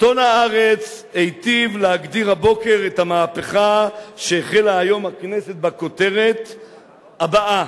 את המהפכה שהחלה היום בכנסת בכותרת הבאה,